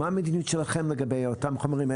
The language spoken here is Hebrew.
מה המדיניות שלכם לגבי אותם חומרים?